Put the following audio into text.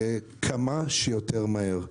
וכמה שיותר מהר.